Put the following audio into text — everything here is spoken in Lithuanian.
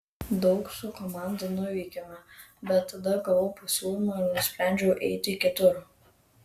daug su komanda nuveikėme bet tada gavau pasiūlymą ir nusprendžiau eiti kitur